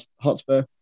Hotspur